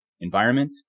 Environment